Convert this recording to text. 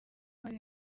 hari